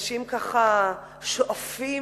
ואנשים שואפים